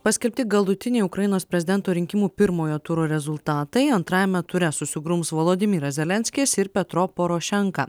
paskelbti galutiniai ukrainos prezidento rinkimų pirmojo turo rezultatai antrajame ture susigrums valodimiras zelenskis ir petro porošenka